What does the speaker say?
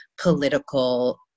political